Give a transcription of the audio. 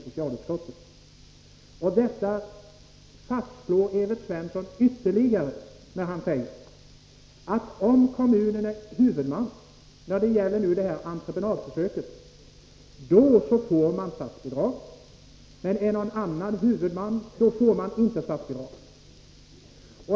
Evert Svensson fastslår det nu när han säger, att om kommunen är huvudman i detta entreprenadförsök, då får man statsbidrag. Men är det någon annan som är huvudman, får man inte statsbidrag.